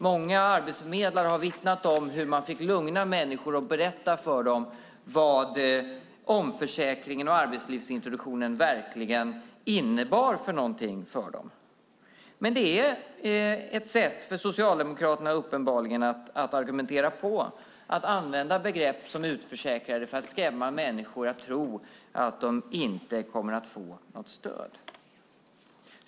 Många arbetsförmedlare har vittnat om hur man fick lugna människor och berätta för dem vad omförsäkringen och arbetslivsintroduktionen verkligen innebar för dem. Det är uppenbarligen ett sätt för Socialdemokraterna att argumentera på att använda begrepp som utförsäkrade för att skrämma människor att tro att de inte kommer att få något stöd.